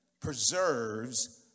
preserves